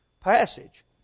passage